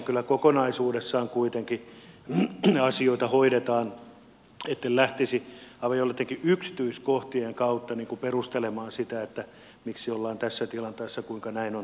kyllä kokonaisuudessaan kuitenkin asioita hoidetaan etten lähtisi aivan joittenkin yksityiskohtien kautta perustelemaan sitä miksi ollaan tässä tilanteessa kuinka näin on tehty